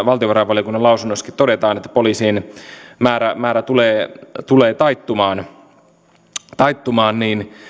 valtiovarainvaliokunnan lausunnossakin todetaan että poliisien määrä määrä tulee tulee taittumaan taittumaan